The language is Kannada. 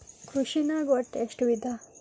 ಕೃಷಿನಾಗ್ ಒಟ್ಟ ಎಷ್ಟ ವಿಧ?